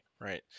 right